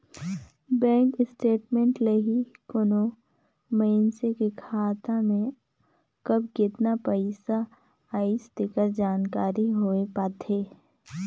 bank statement ले ही कोनो मइसने के खाता में कब केतना पइसा आइस तेकर जानकारी हो पाथे